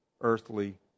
earthly